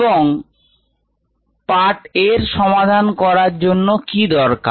এবং পাঠ এর সমাধান করার জন্য কি দরকার